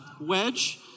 wedge